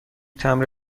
تمبر